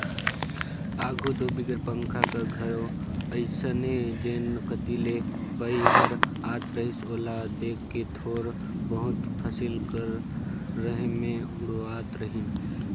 आघु दो बिगर पंखा कर घलो अइसने जेन कती ले बईहर आत रहिस ओला देख के थोर बहुत फसिल कर रहें मे उड़वात रहिन